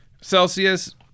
Celsius